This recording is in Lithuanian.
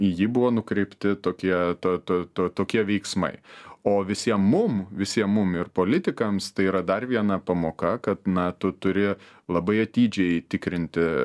į jį buvo nukreipti tokie to to to tokie veiksmai o visiem mums visiem mum ir politikams tai yra dar viena pamoka kad nato turi labai atidžiai tikrinti